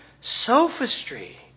sophistry